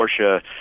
Porsche